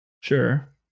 Sure